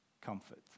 comfort